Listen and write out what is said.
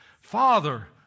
Father